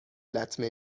لطمه